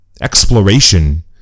Exploration